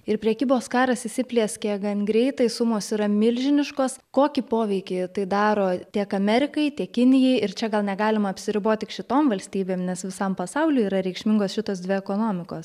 ir prekybos karas įsiplieskė gan greitai sumos yra milžiniškos kokį poveikį tai daro tiek amerikai tiek kinijai ir čia gal negalima apsiriboti tik šitom valstybėm nes visam pasauliui yra reikšmingos šitos dvi ekonomikos